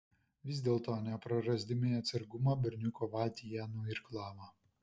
vis dėlto neprarasdami atsargumo berniuko valtį jie nuirklavo